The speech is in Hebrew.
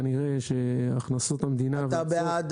כנראה שהכנסות המדינה --- אתה בעד